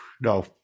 No